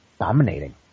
dominating